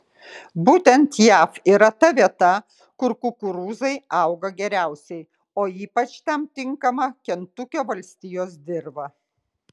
būtent jav yra ta vieta kur kukurūzai auga geriausiai o ypač tam tinkama kentukio valstijos dirva